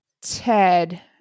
ted